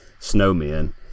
snowmen